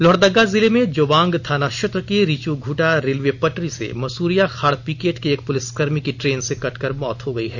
लोहरदगा जिले में जोबांग थाना क्षेत्र के रिचुघूटा रेलवे पटरी से मसूरिया खाड़ पिकेट के एक पुलिसकर्मी की ट्रेन से कटकर मौत हो गई है